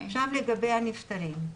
לגבי הנפטרים.